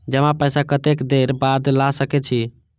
जमा पैसा कतेक देर बाद ला सके छी?